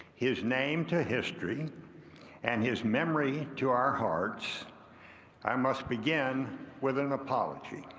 his name to history and his memory to our hearts i must begin with an apology.